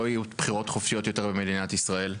יהיו בחירות חופשיות יותר במדינת ישראל,